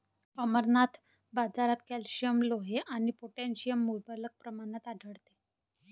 अमरनाथ, बाजारात कॅल्शियम, लोह आणि पोटॅशियम मुबलक प्रमाणात आढळते